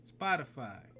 Spotify